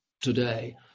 today